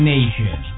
Nation